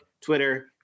Twitter